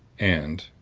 and,